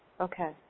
Okay